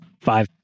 Five